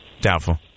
Doubtful